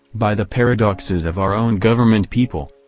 by the paradoxes of our own government people,